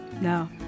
No